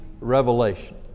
revelation